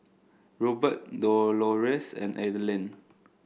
Rupert Dolores and Adelyn